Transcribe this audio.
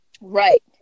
Right